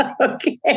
Okay